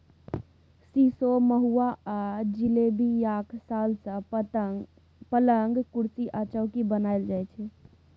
सीशो, महुआ आ जिलेबियाक साल सँ पलंग, कुरसी आ चौकी बनाएल जाइ छै